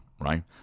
right